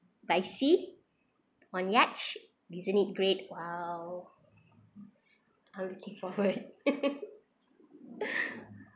by sea on yacht isn't it great !wow! I'm looking forward